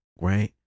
right